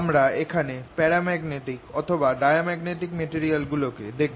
আমরা এখানে paramagnetic diamagnetic material গুলো কে দেখব